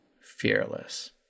fearless